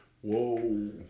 Whoa